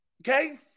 Okay